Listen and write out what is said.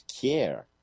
care